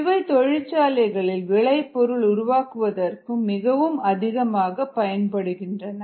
இவை தொழிற்சாலைகளில் விளைபொருள் உருவாக்குவதற்கு மிகவும் அதிகமாக பயன்படுகின்றன